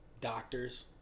doctors